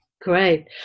Great